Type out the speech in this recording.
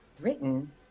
written